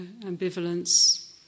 ambivalence